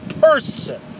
person